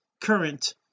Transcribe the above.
current